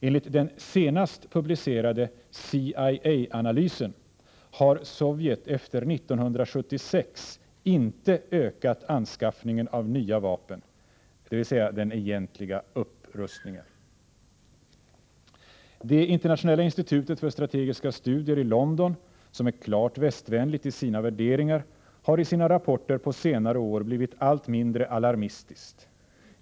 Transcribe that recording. Enligt den senast publicerade CIA-analysen har Sovjet efter 1976 inte ökat anskaffningen av nya vapen — dvs. den egentliga ”upprustningen”. Internationella institutet för strategiska studier i London, som är klart västvänligt i sina värderingar, har i sina rapporter på senare år blivit allt mindre alarmistiskt.